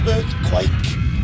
earthquake